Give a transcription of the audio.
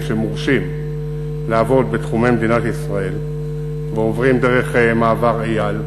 שמורשים לעבוד בתחומי מדינת ישראל ועוברים דרך מעבר אייל,